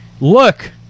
Look